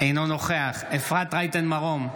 אינו נוכח אפרת רייטן מרום,